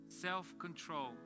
Self-control